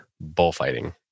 bullfighting